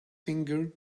finger